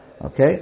Okay